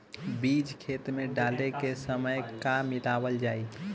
बीज खेत मे डाले के सामय का का मिलावल जाई?